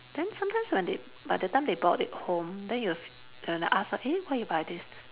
then sometimes when they by the time they bought it home then you f~ when you ask her eh why you buy this